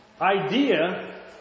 Idea